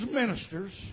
ministers